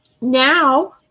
now